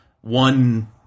one